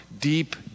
deep